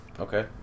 Okay